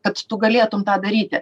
kad tu galėtum tą daryti